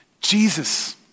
Jesus